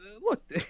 look